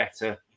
better